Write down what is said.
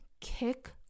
kick